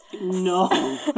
No